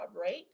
right